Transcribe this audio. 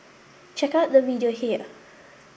check out the video here